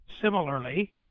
Similarly